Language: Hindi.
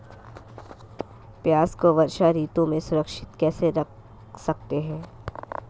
प्याज़ को वर्षा ऋतु में सुरक्षित कैसे रख सकते हैं?